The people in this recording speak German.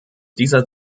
dieser